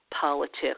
politics